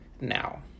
now